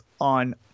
on